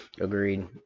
agreed